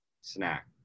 snack